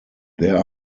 there